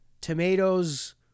tomatoes